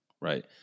right